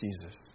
Jesus